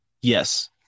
Yes